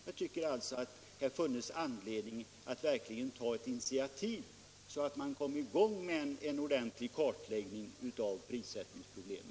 Jag tycker alltså att det hade funnits anledning att verkligen ta ett initiativ, så att man kommer i gång med en ordentlig kartläggning av prissättningsproblemen.